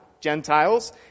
Gentiles